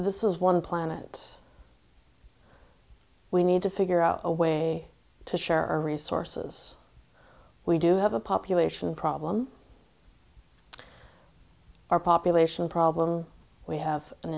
this is one planet we need to figure out a way to share our resources we do have a population problem or population problem we have an